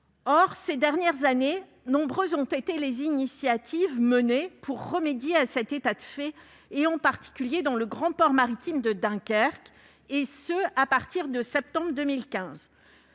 Ces dernières années, nombreuses ont été les initiatives pour remédier à cet état de fait, en particulier dans le grand port maritime de Dunkerque, et ce à partir de septembre 2015.